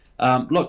Look